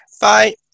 bye